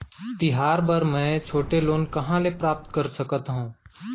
तिहार बर मै छोटे लोन कहाँ ले प्राप्त कर सकत हव?